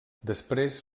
després